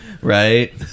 Right